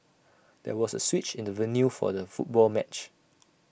there was A switch in the venue for the football match